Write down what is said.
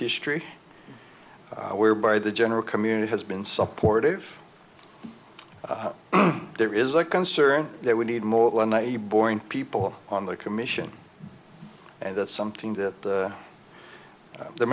history whereby the general community has been supportive there is a concern that we need more than a boring people on the commission and that's something that the